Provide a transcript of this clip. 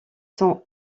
son